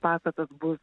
pastatas bus